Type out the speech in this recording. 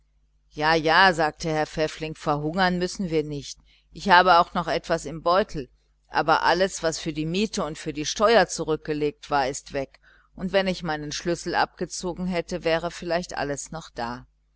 ja ja sagte herr pfäffling verhungern müssen wir nicht ich habe auch noch etwas im beutel aber alles was für die miete und für die steuer zurückgelegt war ist weg und wenn ich meinen schlüssel abgezogen hätte wäre vielleicht alles noch da